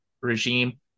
regime